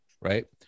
right